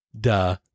duh